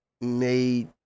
made